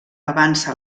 avança